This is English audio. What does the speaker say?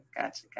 gotcha